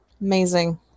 amazing